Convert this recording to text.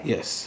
Yes